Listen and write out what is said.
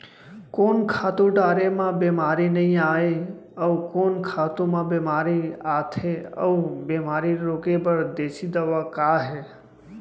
कोन खातू डारे म बेमारी नई आये, अऊ कोन खातू म बेमारी आथे अऊ बेमारी रोके बर देसी दवा का हे?